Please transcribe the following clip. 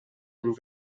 and